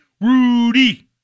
Rudy